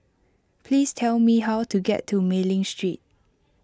please tell me how to get to Mei Ling Street